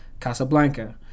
Casablanca